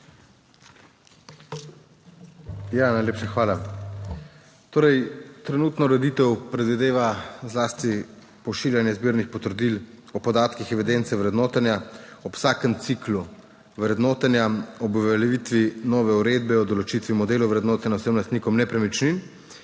Najlepša hvala. Trenutna ureditev predvideva zlasti pošiljanje zbirnih potrdil o podatkih evidence vrednotenja ob vsakem ciklu vrednotenja ob uveljavitvi nove uredbe o določitvi modelov vrednotenja vsem lastnikom nepremičnin,